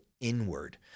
inward